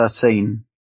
thirteen